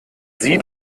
sie